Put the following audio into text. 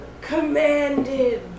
commanded